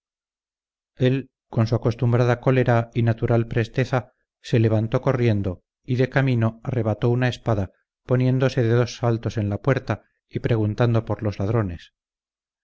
él con su acostumbrada cólera y natural presteza se levantó corriendo y de camino arrebató una espada poniéndose de dos saltos en la puerta y preguntando por los ladrones